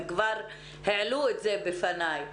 הם כבר העלו את זה בפניי.